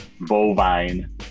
Bovine